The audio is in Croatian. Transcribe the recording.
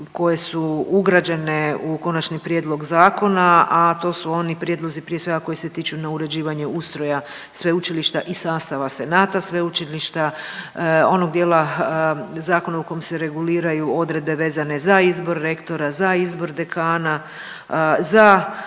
koje su ugrađene u konačni prijedlog zakona, a to su oni prijedlozi prije svega koji se tiču na uređivanje ustroja sveučilišta i sastava senata sveučilišta, onog dijela zakona u kom se reguliraju odredbe vezene za izbor rektora, za izbor dekana, za